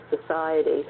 society